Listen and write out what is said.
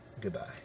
Goodbye